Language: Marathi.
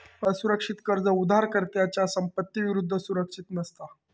असुरक्षित कर्ज उधारकर्त्याच्या संपत्ती विरुद्ध सुरक्षित नसता